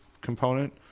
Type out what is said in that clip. component